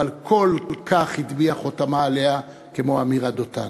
אבל כל כך הטביעה חותמה עליה, עמירה דותן.